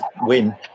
win